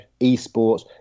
eSports